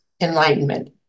enlightenment